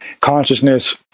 consciousness